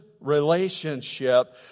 relationship